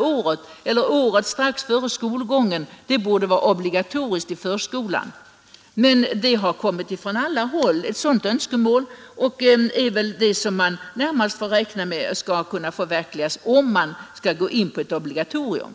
året före skolstarten borde vara obligatoriskt i förskolan, men det önskemålet har framförts från alla håll, och det är väl det som kommer att förverkligas om man genomför ett obligatorium.